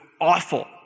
awful